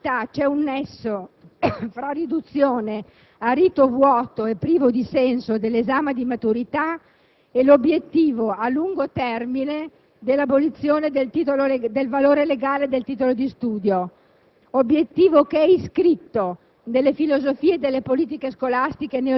Il risparmio era una giustificazione di facciata; in realtà, esiste un nesso fra riduzione a rito vuoto e privo di senso dell'esame di maturità e l'obiettivo a lungo termine della abolizione del valore legale del titolo di studio.